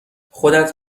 خودت